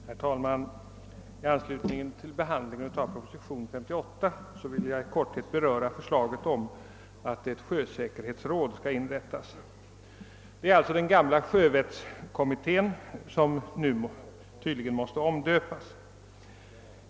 Herr talman! I anslutning till behandlingen av proposition nr 58 vill jag i korthet beröra förslaget om inrättande av ett sjösäkerhetsråd. Det är tydligen så att den gamla sjörättskommittén måste omdöpas.